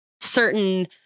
certain